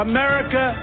America